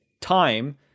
time